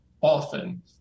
often